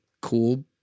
cool